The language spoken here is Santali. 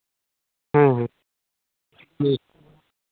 ᱦᱮᱸ ᱦᱮᱸ ᱦᱮᱸ